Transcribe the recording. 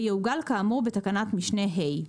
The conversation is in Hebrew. ויעוגל כאמור בתקנת משנה (ה).